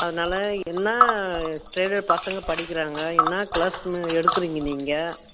அதனால் என்ன ஸ்டேஜில் பசங்க படிக்கிறாங்க என்ன கிளாஸுன்னு எடுக்குறீங்க நீங்கள்